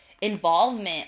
involvement